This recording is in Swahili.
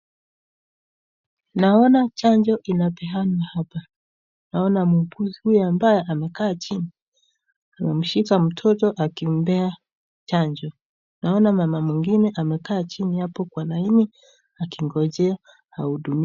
Naona chanjo inapeanwa hapa, naona muuguzi huyo ambaye amekaa chini, kumshika mtoto akimpea chanjo, naona mama mwingine amekaa chini hapo Kwa laini akingojea ahudumiwe.